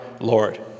Lord